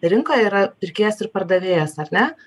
rinkoje yra pirkėjas ir pardavėjas ar ne